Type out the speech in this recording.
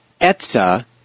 Etza